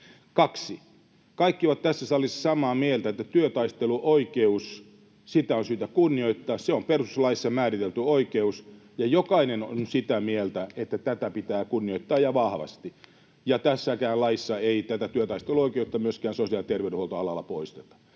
Kaksi: Kaikki ovat tässä salissa samaa mieltä, että työtaisteluoikeutta on syytä kunnioittaa. Se on perustuslaissa määritelty oikeus, ja jokainen on sitä mieltä, että tätä pitää kunnioittaa ja vahvasti. Ja tässäkään laissa ei tätä työtaisteluoikeutta myöskään sosiaali- ja terveydenhuoltoalalla poisteta.